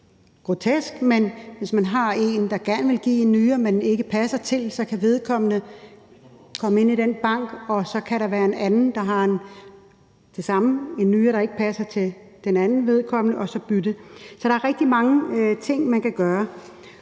grotesk, men hvis man har en, der gerne vil give en nyre, men som ikke passer til en modtager, kan vedkommende komme ind i den bank, og så kan der være en anden, der også har en nyre, der ikke passer til en modtager, og så kan man bytte. Så der er rigtig mange ting, man kan gøre.